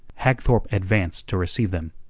hagthorpe advanced to receive them.